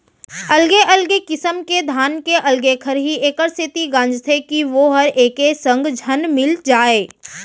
अलगे अलगे किसम के धान के अलगे खरही एकर सेती गांजथें कि वोहर एके संग झन मिल जाय